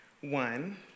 One